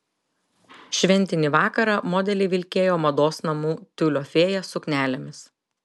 šventinį vakarą modeliai vilkėjo mados namų tiulio fėja suknelėmis